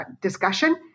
discussion